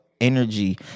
energy